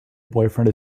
boyfriend